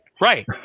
Right